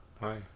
Hi